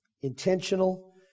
intentional